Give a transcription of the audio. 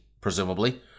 presumably